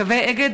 קווי "אגד",